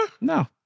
No